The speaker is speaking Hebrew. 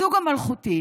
הזוג המלכותי